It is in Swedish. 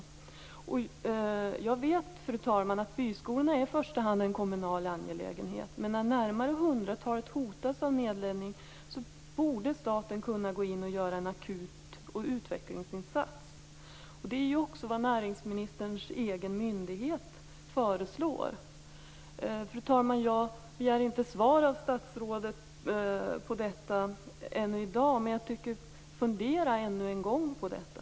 Jag vet, fru talman, att byskolorna i första hand är en kommunal angelägenhet, men när närmare hundratalet hotas av nedläggning borde staten kunna gå in och göra en akut utvecklingsinsats. Det är också vad näringsministerns egen myndighet föreslår. Fru talman! Jag begär inte något svar av statsrådet på detta i dag, men ber honom att ännu en gång fundera på detta.